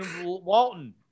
Walton